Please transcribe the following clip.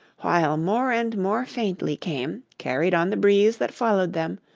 while more and more faintly came, carried on the breeze that followed them,